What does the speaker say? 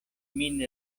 min